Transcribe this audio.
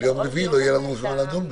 אם זה ביום רביעי, לא יהיה לנו זמן לדון בזה.